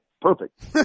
perfect